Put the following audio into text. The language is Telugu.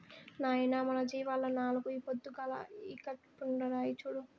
నాయనా మన జీవాల్ల నాలుగు ఈ పొద్దుగాల ఈకట్పుండాయి చూడు